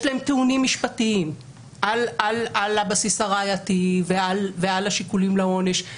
יש להם טיעונים משפטיים על הבסיס הראייתי ועל השיקולים לעונש,